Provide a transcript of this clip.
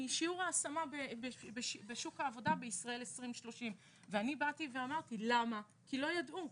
משיעור ההשמה בשוק העבודה בישראל 2030. אני שאלתי למה כי הם לא ידעו.